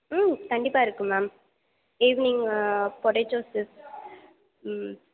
ம் கண்டிப்பாக இருக்கும் மேம் ஈவ்னிங் பொட்டேட்டோ சிப்ஸ் ம்